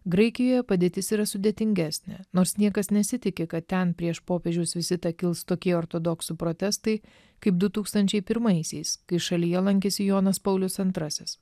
graikijoje padėtis yra sudėtingesnė nors niekas nesitiki kad ten prieš popiežiaus vizitą kils tokie ortodoksų protestai kaip du tūkstančiai pirmaisiais kai šalyje lankėsi jonas paulius antrasis